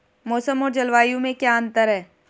मौसम और जलवायु में क्या अंतर?